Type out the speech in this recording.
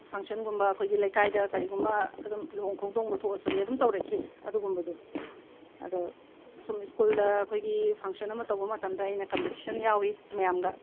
ꯐꯪꯁꯟꯒꯨꯝꯕ ꯑꯩꯈꯣꯏꯒꯤ ꯂꯩꯀꯥꯏꯗ ꯀꯔꯤꯒꯨꯝꯕ ꯑꯗꯨꯝ ꯂꯨꯍꯣꯡ ꯈꯣꯡꯗꯣꯡꯕ ꯊꯣꯛꯑꯁꯨ ꯑꯩ ꯑꯗꯨꯝ ꯇꯧꯔꯛꯈꯤ ꯑꯗꯨꯒꯨꯝꯕꯗꯨ ꯑꯗꯣ ꯁꯨꯝ ꯁ꯭ꯀꯨꯜꯗ ꯑꯩꯈꯣꯏꯒꯤ ꯐꯪꯁꯟ ꯑꯃ ꯇꯧꯕ ꯃꯇꯝꯗ ꯑꯩꯅ ꯀꯝꯄꯤꯇꯤꯁꯟ ꯌꯥꯎꯋꯤ ꯃꯌꯥꯝꯒ